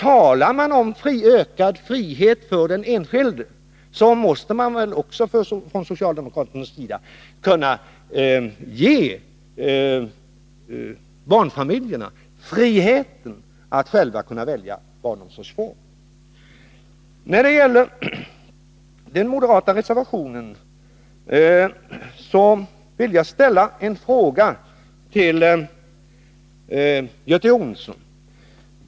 Talar man från socialdemokraternas sida om ökad frihet för den enskilde, måste man väl också vara beredd att ge barnfamiljerna frihet att själva välja barnomsorgsform. När det gäller reservation 2 från moderaterna vill jag ställa en fråga till Göte Jonsson.